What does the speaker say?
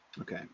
Okay